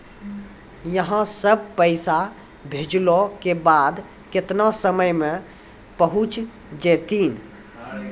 यहां सा पैसा भेजलो के बाद केतना समय मे पहुंच जैतीन?